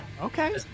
Okay